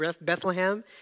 Bethlehem